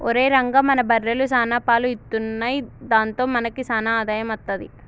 ఒరేయ్ రంగా మన బర్రెలు సాన పాలు ఇత్తున్నయ్ దాంతో మనకి సాన ఆదాయం అత్తది